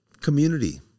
community